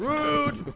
rude!